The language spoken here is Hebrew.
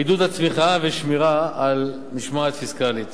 עידוד הצמיחה ושמירה על משמעת פיסקלית.